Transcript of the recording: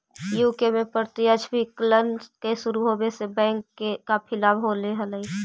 UK में प्रत्यक्ष विकलन के शुरू होवे से बैंक के काफी लाभ होले हलइ